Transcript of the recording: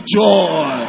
joy